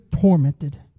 tormented